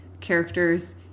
characters